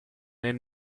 nel